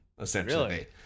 essentially